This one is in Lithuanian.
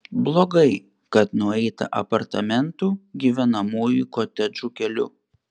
blogai kad nueita apartamentų gyvenamųjų kotedžų keliu